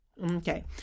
Okay